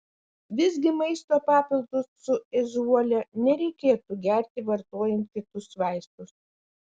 visgi maisto papildus su ežiuole nereikėtų gerti vartojant kitus vaistus